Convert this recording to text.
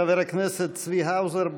חבר הכנסת צבי האוזר,